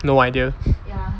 no idea